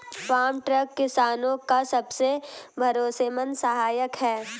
farm truck किसानो का सबसे भरोसेमंद सहायक है